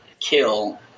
kill